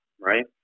right